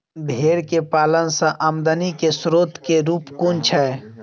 भेंर केँ पालन सँ आमदनी केँ स्रोत केँ रूप कुन छैय?